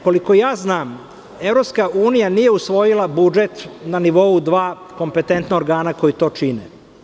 Koliko ja znam, EU nije usvojila budžet na nivou dva kompetetna organa koji to čine.